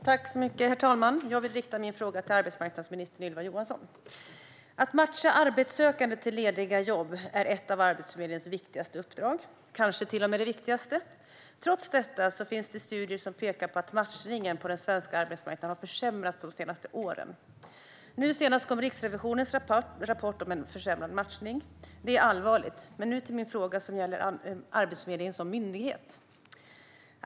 Herr talman! Jag vill rikta min fråga till arbetsmarknadsminister Ylva Johansson. Att matcha arbetssökande till lediga jobb är ett av Arbetsförmedlingens viktigaste uppdrag, kanske till och med det viktigaste. Trots detta finns studier som pekar på att matchningen på den svenska arbetsmarknaden har försämrats de senaste åren. Nu senast kom Riksrevisionens rapport om en försämrad matchning. Det är allvarligt. Men nu till min fråga som gäller Arbetsförmedlingen som myndighet.